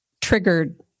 triggered